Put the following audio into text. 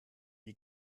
die